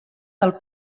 del